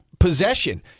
possession